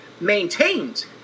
maintained